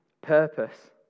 Purpose